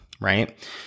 right